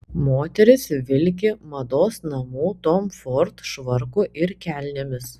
moteris vilki mados namų tom ford švarku ir kelnėmis